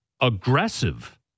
aggressive